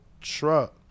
Truck